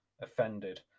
offended